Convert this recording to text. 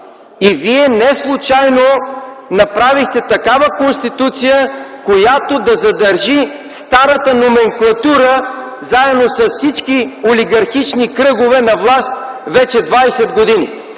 И вие неслучайно направихте такава Конституция, която да задържи старата номенклатура заедно с всички олигархични кръгове на власт вече 20 години.